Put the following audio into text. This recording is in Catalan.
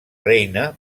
reina